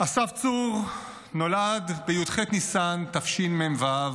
אסף צור נולד בי"ח בניסן תשמ"ו,